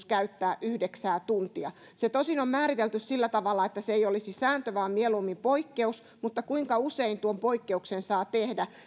käyttää yhdeksää tuntia se tosin on määritelty sillä tavalla että se ei olisi sääntö vaan mieluummin poikkeus mutta laki ei sano kuinka usein tuon poikkeuksen saa tehdä